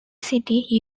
city